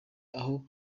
aho